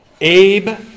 Abe